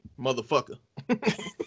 motherfucker